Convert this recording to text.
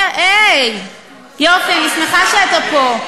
היי, יופי, אני שמחה שאתה פה.